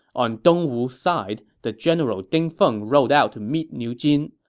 on dongwu's side, the general ding feng rode out to meet niu jin.